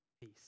peace